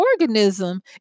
organism